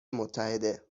متحده